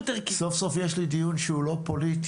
סוף סוף יש לי דיון שהוא לא פוליטי.